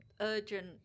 urgent